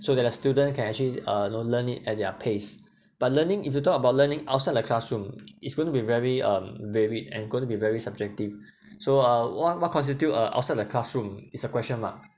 so that the student can actually uh know learn it at their pace but learning if you talk about learning outside the classroom it's going to be very uh varied and going to be very subjective so uh what what constitute uh outside the classroom it's a question mark